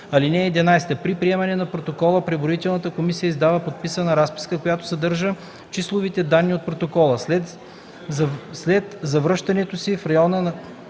ал. 8. (11) При приемане на протоколите преброителната комисия издава подписана разписка, която съдържа числовите данни от протоколите. След завръщането си в района на